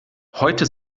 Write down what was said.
heute